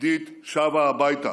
עידית שבה הביתה,